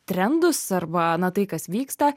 trendus arba na tai kas vyksta